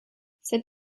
cet